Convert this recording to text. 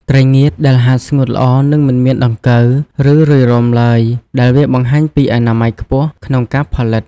ត្រីងៀតដែលហាលស្ងួតល្អនឹងមិនមានដង្កូវ ឬរុយរោមឡើយ ដែលវាបង្ហាញពីអនាម័យខ្ពស់ក្នុងការផលិត។